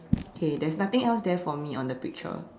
okay there's nothing else there for me on the picture